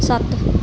ਸੱਤ